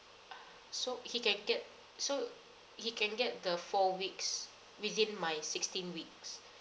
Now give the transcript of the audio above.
ah so he can get so he can get the four weeks within my sixteen weeks